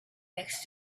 next